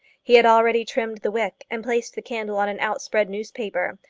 he had already trimmed the wick and placed the candle on an outspread newspaper,